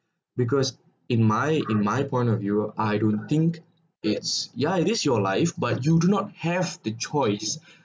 because in my in my point of view I don't think it's yeah it is your life but you do not have the choice